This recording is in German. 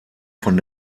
von